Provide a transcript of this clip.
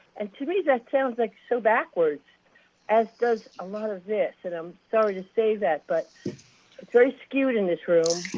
and to me, that sounds like so backwards as does a lot of this. i and am sorry to say that, but it is very skewed in this room.